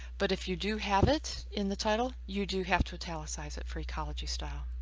but if you do have it in the title, you do have to italicize it for ecology style.